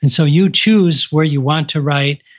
and so you choose where you want to write,